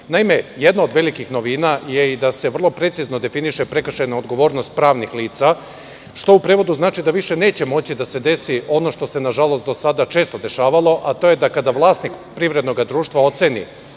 imali. Jedna od velikih novina je da se vrlo precizno definiše prekršajna odgovornost pravnih lica, što u prevodu znači da više moći da se desi ono što se nažalost često dešavalo, a to je da kada vlasnik privrednog društva oceni